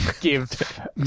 give